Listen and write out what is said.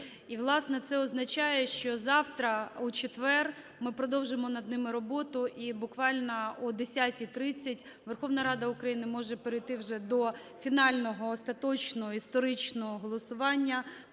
і, власне, це означає, що завтра, у четвер, ми продовжимо над ними роботу, і буквально о 10:30 Верховна Рада України може перейти вже до фінального остаточного історичного голосування